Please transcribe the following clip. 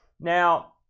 Now